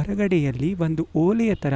ಹೊರಗಡೆಯಲ್ಲಿ ಒಂದು ಓಲೆಯ ಥರ